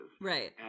Right